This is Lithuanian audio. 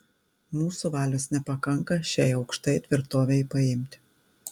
mūsų valios nepakanka šiai aukštai tvirtovei paimti